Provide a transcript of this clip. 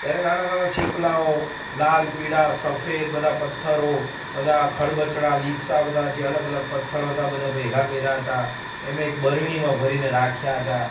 ત્યારે નાનાં નાનાં છીપલાઓ લાલ પીળા સફેદ બધા પથ્થરો બધા ખરબચડા લીસા બધા જે અલગ અલગ પથ્થરો હતા બધા ભેગા કર્યા હતા એ મેં એક બરણીમાં ભરીને રાખ્યા હતા